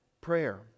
prayer